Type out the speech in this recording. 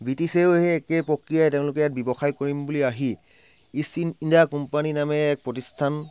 ব্ৰিটিছেও সেই একেই প্ৰক্ৰিয়াই তেওঁলোকে ব্যৱসায় কৰিম বুলি আহি ইষ্ট ইণ্ডিয়া কোম্পানী নামেৰে এক প্ৰতিষ্ঠান